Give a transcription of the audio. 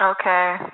okay